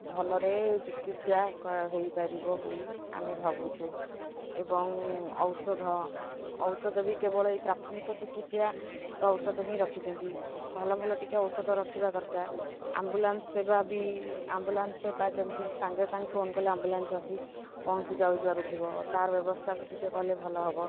ଭଲରେ ଚିକିତ୍ସା ହେଇପାରିବ ବୋଲି ଆମେ ଭାବୁଛୁ ଏବଂ ଔଷଧ ଔଷଧ ବି କେବଳ ପ୍ରାଥମିକ ଚିକିତ୍ସାର ଔଷଧ ହିଁ ରଖିଛନ୍ତି ଭଲ ଭଲ ଟିକେ ଔଷଧ ରଖିବା ଦରକାର ଆମ୍ବୁଲାନ୍ସ୍ ସେବା ବି ଆମ୍ବୁଲାନ୍ସ୍ ସେବା ଯେମିତି ସାଙ୍ଗେ ସାଙ୍ଗେ ଫୋନ୍ କଲେ ଆମ୍ବୁଲାନ୍ସ୍ ଆସି ପହଞ୍ଚି ଯାଇପାରୁଥିବ ତା'ର ବ୍ୟବସ୍ଥା ବି ଟିକେ କଲେ ଭଲ ହେବ